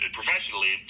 professionally